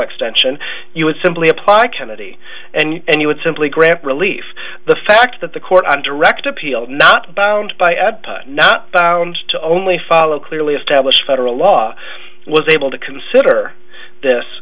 extension you would simply apply kennedy and he would simply grant relief the fact that the court on direct appeal not bound by ad not bound to only follow clearly established federal law was able to consider this